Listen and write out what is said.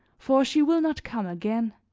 for she will not come again.